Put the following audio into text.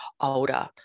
older